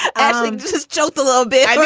and think this this jump a little bit.